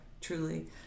truly